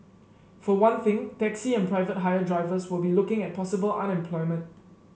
for one thing taxi and private hire drivers will be looking at possible unemployment